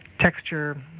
texture